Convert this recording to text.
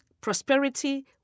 prosperity